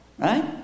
Right